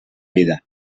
vida